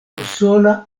unusola